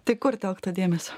tik kur telkti dėmesį